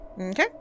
Okay